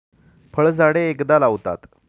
फळझाडे एकदा लावतात